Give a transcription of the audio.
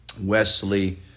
Wesley